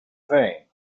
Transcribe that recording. fame